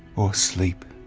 or sleep.